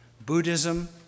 Buddhism